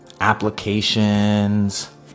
applications